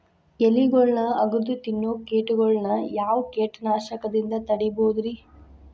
ಎಲಿಗೊಳ್ನ ಅಗದು ತಿನ್ನೋ ಕೇಟಗೊಳ್ನ ಯಾವ ಕೇಟನಾಶಕದಿಂದ ತಡಿಬೋದ್ ರಿ?